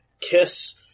kiss